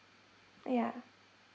yeah